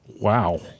Wow